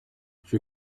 she